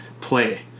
play